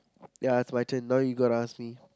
ya it's my turn now you gotta ask me